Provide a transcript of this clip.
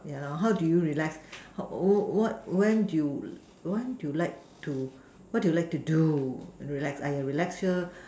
ya lah how do you relax how when what when you what you like to do !aiya! relax relax here